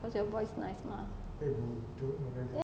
cause your voice nice mah